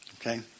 Okay